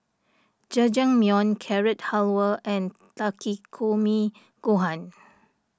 Jajangmyeon Carrot Halwa and Takikomi Gohan